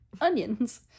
Onions